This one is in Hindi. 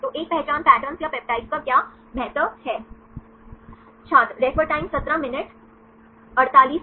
तो एक पहचान पैटर्न या पेप्टाइड्स का क्या महत्व है